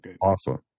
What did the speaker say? awesome